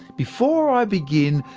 before i begin,